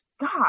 God